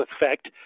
effect